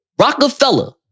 Rockefeller